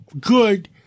good